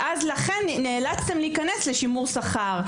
לכן נאלצתם להיכנס לשימור שכר.